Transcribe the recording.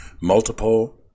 multiple